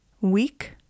week